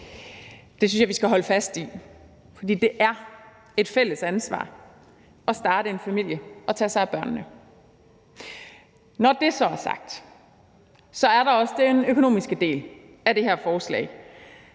Det synes jeg vi skal holde fast i, for det er et fælles ansvar at starte en familie og tage sig af børnene. Når det så er sagt, er der også den økonomiske del af det her forslag.